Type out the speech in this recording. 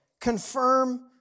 confirm